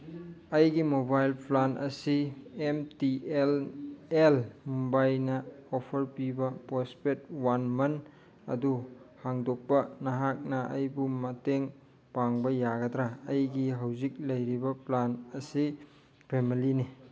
ꯑꯩꯒꯤ mobile plan ꯑꯁꯤ M T L ꯃꯣꯕꯥꯏꯜꯅ ꯑꯣꯐꯔ ꯄꯤꯕ ꯄꯣꯁꯄꯦꯠ ꯋꯥꯟ ꯃꯟ ꯑꯗꯨ ꯍꯥꯡꯗꯣꯛꯄ ꯅꯍꯥꯛꯅ ꯑꯩꯕꯨ ꯃꯇꯦꯡ ꯄꯥꯡꯕ ꯌꯥꯒꯗ꯭ꯔꯥ ꯑꯩꯒꯤ ꯍꯧꯖꯤꯛ ꯂꯩꯔꯤꯕ ꯄ꯭ꯂꯥꯟ ꯑꯁꯤ ꯐꯦꯃꯂꯤꯅꯤ